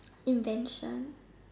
invention